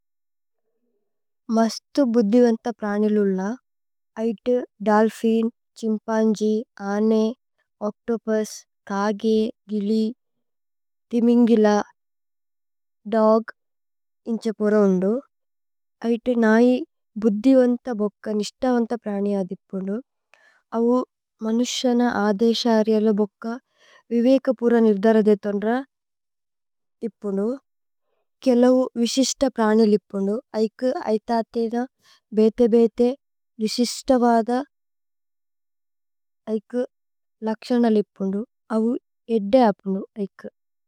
മസ്തു ബുദ്ദിവന്ത പ്രനിലുല ഐതു। ദല്ഫിന്, ഛിമ്പന്ജി, ആനേ, ഓച്തോപുസ്, കഗേ, ഗിലി। തിമിന്ഗില ദോഗ് ഇന്ഛപുര ഉന്ദു ഐതു നൈ ബുദ്ദിവന്ത। ബോക്ക നിസ്തവന്ത പ്രനിയ ദിപ്പുനു അവു മനുസ്യന। അദേശരിയല ബോക്ക വിവേകപുര നിര്ദരദേതുന്ദ്ര। ദിപ്പുനു അവു കേലൌ വിസിസ്ത പ്രനി ലിപ്പുനു ഐകു। ഐതതേന ബേതേ ബേതേ വിസിസ്ത വദ। ലക്ശന ലിപ്പുനു അവു ഏദ്ദേ അപ്നു।